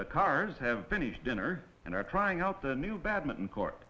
the cars have finished dinner and are trying out the new badminton court